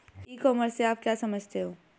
ई commerce से आप क्या समझते हो?